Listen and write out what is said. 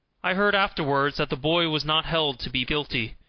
i heard afterward that the boy was not held to be guilty,